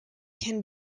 can